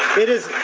it is